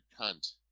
cunt